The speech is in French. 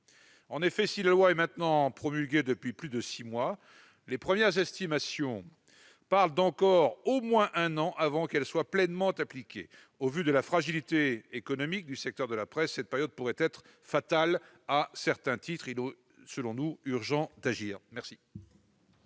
En effet, si la loi est maintenant promulguée depuis plus de six mois, les premières estimations montrent qu'il faudra attendre encore un an au moins avant qu'elle ne soit pleinement appliquée. Au regard de la fragilité économique du secteur de la presse, cette période pourrait être fatale à certains titres. Il est donc urgent d'agir selon